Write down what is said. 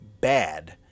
bad